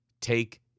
take